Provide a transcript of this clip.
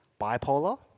bipolar